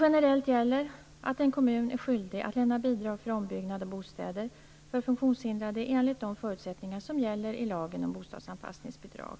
Generellt gäller att en kommun är skyldig att lämna bidrag för ombyggnad av bostäder för funktionshindrade enligt de förutsättningar som gäller i lagen om bostadsanpassningsbidrag.